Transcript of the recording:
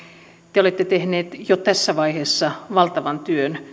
te te olette tehneet jo tässä vaiheessa valtavan työn